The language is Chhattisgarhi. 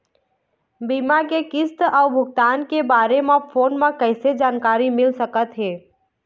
बीमा के किस्त अऊ भुगतान के बारे मे फोन म कइसे जानकारी मिल सकत हे?